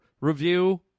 review